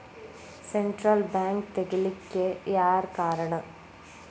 Central bank ತಗಿಲಿಕ್ಕೆಯಾರ್ ಕಾರಣಾ?